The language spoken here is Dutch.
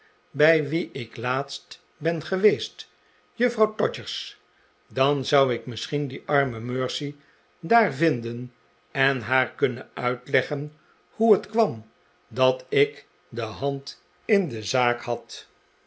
bij wie ik laatst ben geweest juffrouw todgers dan zou ik misschien die arme mercy daar vinden en haar kunnen uitleggen hoe het kwam dat ik de hand in de zaak had